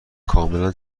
کاملا